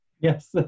yes